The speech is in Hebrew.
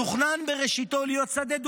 תוכנן בראשיתו להיות שדה דואלי,